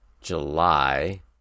July